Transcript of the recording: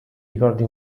ricordi